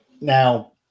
Now